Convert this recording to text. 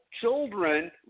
children